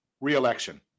re-election